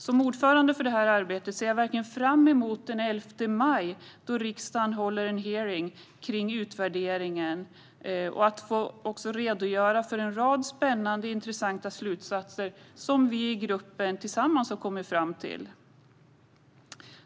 Som ordförande för arbetet ser jag verkligen fram emot att den 11 maj, då riksdagen håller en hearing om utvärderingen, få redogöra för en rad spännande och intressanta slutsatser som vi i gruppen tillsammans har kommit fram till.